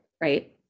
right